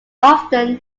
often